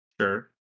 Sure